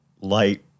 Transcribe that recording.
light